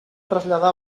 traslladar